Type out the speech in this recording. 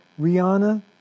Rihanna